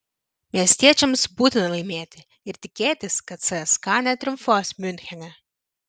miestiečiams būtina laimėti ir tikėtis kad cska netriumfuos miunchene